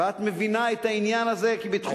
ואת מבינה את העניין הזה כי בתחום